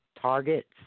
targets